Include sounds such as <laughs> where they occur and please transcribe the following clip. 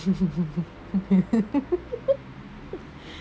<laughs>